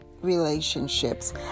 relationships